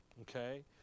okay